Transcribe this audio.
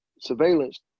surveillance